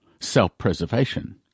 self-preservation